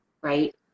right